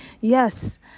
yes